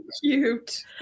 cute